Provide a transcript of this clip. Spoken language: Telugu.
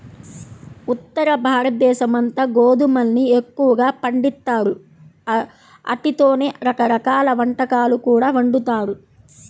ఉత్తరభారతదేశమంతా గోధుమల్ని ఎక్కువగా పండిత్తారు, ఆటితోనే రకరకాల వంటకాలు కూడా వండుతారు